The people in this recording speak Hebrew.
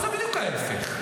ועושה בדיוק ההפך.